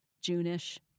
June-ish